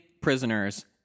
prisoners